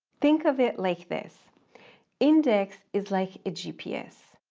think of it like this index is like a gps.